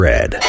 Red